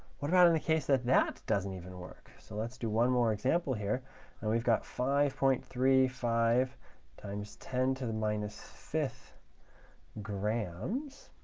what about in the case that that doesn't even work? so let's do one more example here. now and we've got five point three five times ten to the minus fifth grams.